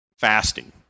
fasting